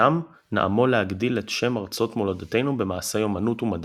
לחנם נעמול להגדיל את שם ארצות־מולדותינו במעשי אמנות ומדע,